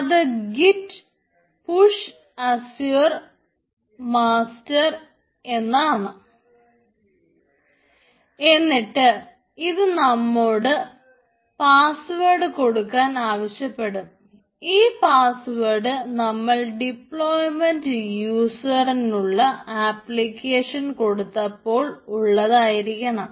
അത് git push Azure master നുള്ള application കൊടുത്തപ്പോൾ ഉള്ളതായിരിക്കണം